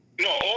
No